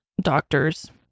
doctors